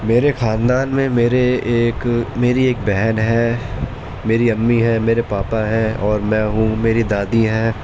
میرے خاندان میں میرے ایک میری ایک بہن ہے میری امی ہے میرے پاپا ہیں اور میں ہوں میری دادی ہیں